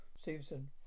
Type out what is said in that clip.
Stevenson